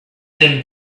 them